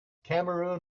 cameroon